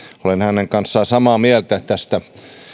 olen hänen kanssaan samaa mieltä tästä